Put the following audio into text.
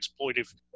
exploitive